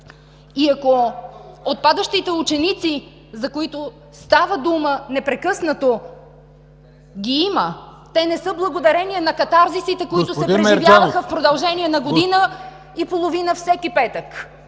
И ако отпадащите ученици, за които става дума непрекъснато, ги има, те не са благодарение на катарзисите, които се преживяваха в продължение на година и половина всеки петък.